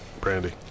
Brandy